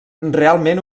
realment